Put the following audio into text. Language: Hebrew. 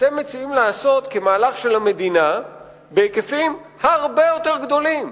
אתם מציעים לעשות כמהלך של המדינה בהיקפים הרבה יותר גדולים.